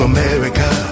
America